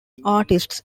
artists